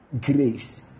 grace